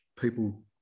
people